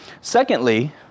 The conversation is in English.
Secondly